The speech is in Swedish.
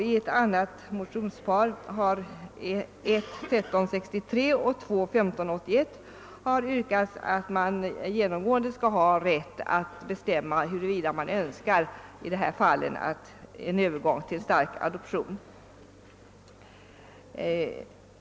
I ett annat motionspar, I: 1363 och II: 1581, har yrkats att man genomgående skall ha rätt att bestämma huruvida man önskar en Övergång till stark adoption.